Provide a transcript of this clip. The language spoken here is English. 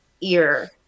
ear